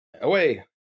Away